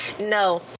No